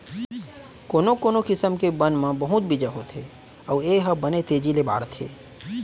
कोनो कोनो किसम के बन म बहुत बीजा होथे अउ ए ह बने तेजी ले बाढ़थे